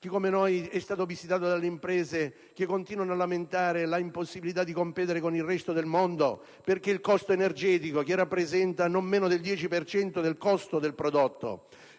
l'Italia ed è stato contattato dalle imprese che continuano a lamentare l'impossibilità di competere con il resto del mondo perché il costo energetico, che rappresenta non meno del dieci per cento del costo